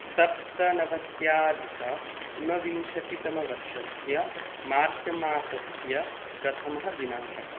सप्तनवत्यधिक ऊनविंशतितमवर्षस्य मार्च् मासस्य प्रथमः दिनाङ्कः